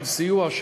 של סיוע,